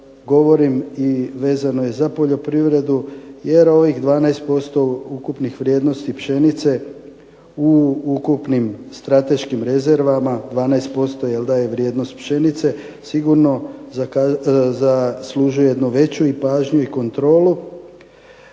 govorim i vezano je za poljoprivredu jer ovih 12% ukupnih vrijednosti pšenice u ukupnim strateškim rezervama 12% je vrijednost pšenice sigurno zaslužuje jednu veću i pažnju i kontrolu.